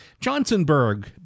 Johnsonburg